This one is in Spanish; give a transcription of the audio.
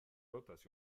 rotas